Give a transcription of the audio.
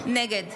נגד